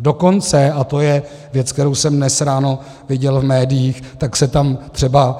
Dokonce, a to je věc, kterou jsem dnes ráno viděl v médiích, se tam